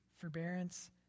forbearance